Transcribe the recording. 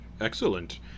Excellent